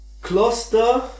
Cluster